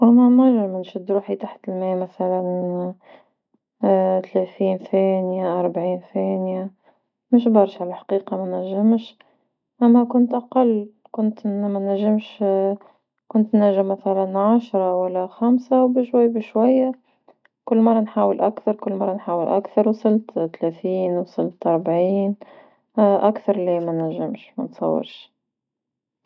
ثما مرة نشد روحي تحت الماء مثلا ثلاثين ثاني أربعين ثانيهة مش برشة لحقيقة ما نجمش أما كنت أقل كنت منجمش كنت نجم مثلا عشرة ولا خمسة بشوؤ بشوية كل مرة نحاول أكثر كل مرة نحاول أكثر وصلت ثلاثين وصلت أربعين أكثر من لي مانجمش ما نتصورش.